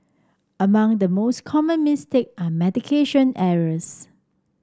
among the most common mistake are medication errors